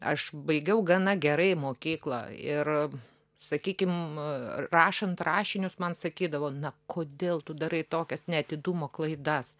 aš baigiau gana gerai mokyklą ir sakykim rašant rašinius man sakydavo na kodėl tu darai tokias neatidumo klaidas